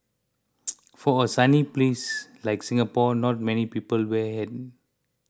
for a sunny place like Singapore not many people wear a hat